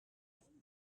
you